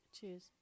Cheers